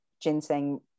ginseng